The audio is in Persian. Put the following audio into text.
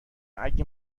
اگه